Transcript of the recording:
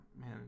man